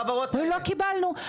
הם אומרים לא קיבלנו.